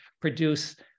produce